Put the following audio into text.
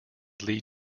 lead